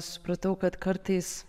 supratau kad kartais